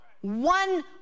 one